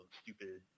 stupid